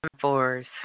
fours